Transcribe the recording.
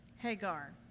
Hagar